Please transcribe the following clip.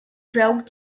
broke